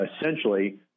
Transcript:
essentially